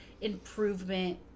improvement